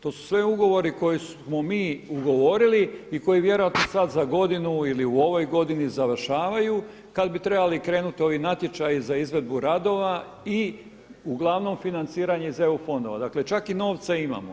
To su sve ugovori koje smo mi ugovorili i koje vjerojatno sada za godinu ili u ovoj godini završavaju kada bi trebali krenuti ovi natječaji za izvedbu radova i uglavnom financiranje iz EU fondova, dakle čak i novce imamo.